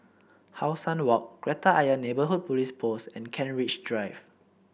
How Sun Walk Kreta Ayer Neighbourhood Police Post and Kent Ridge Drive